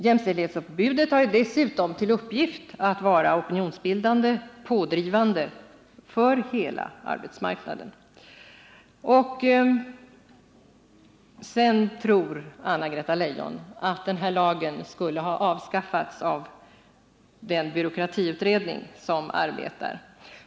Jämställdhetsombudet har också till uppgift att vara opinionsbildande och pådrivande för hela arbetsmarknaden. Anna-Greta Leijon tror sedan att den här lagen skulle ha avskaffats av den byråkratiutredning som arbetar.